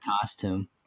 costume